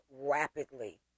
rapidly